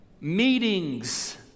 Meetings